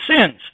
sins